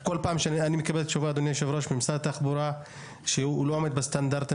כל פעם אני מקבל ממשרד התחבורה תשובה שאומרת שהוא לא עומד בסטנדרטים.